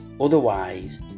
Otherwise